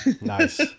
Nice